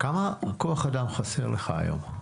כמה כוח אדם חסר לך היום?